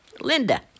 Linda